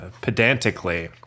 pedantically